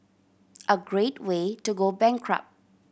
a great way to go bankrupt